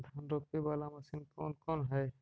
धान रोपी बाला मशिन कौन कौन है?